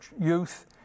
youth